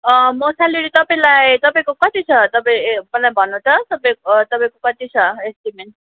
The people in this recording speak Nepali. म स्यालेरी तपाईँलाई तपाईँको कति छ तपाईँ ए पहिला भन्नु त तपाईँको तपाईँको कति छ एस्टिमेट